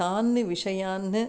तान् विषयान्